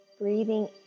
breathing